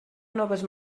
noves